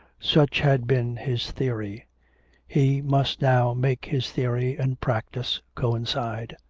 such had been his theory he must now make his theory and practice coincide.